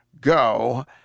go